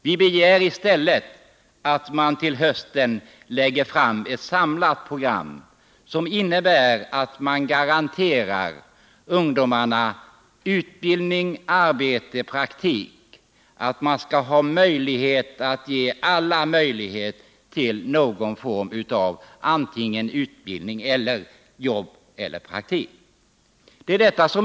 Vi begär i stället att regeringen till hösten lägger fram ett samlat program som innebär att ungdomarna garanteras utbildning, arbete eller praktik.